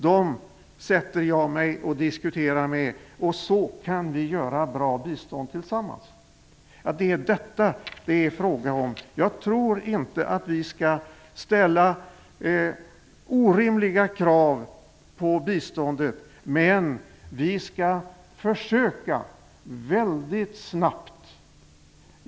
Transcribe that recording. Dem sätter jag mig ned med och diskuterar med. Så kan vi åstadkomma bra bistånd tillsammans. Det är detta det är fråga om. Jag tror inte att vi skall ställa orimliga krav på biståndet.